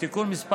בתיקון מס'